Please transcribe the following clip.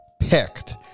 picked